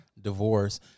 divorce